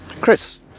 chris